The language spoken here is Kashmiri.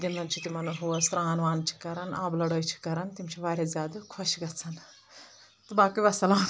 گندان چھ تِمَن ہہُ سران وان چھ کران آبہٕ لڑٲے چھ کران تِم چھ واریاہ زیادٕ خۄش گژھان تہٕ باقٔے والسلام